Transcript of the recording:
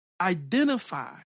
Identify